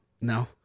No